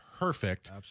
Perfect